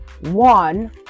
one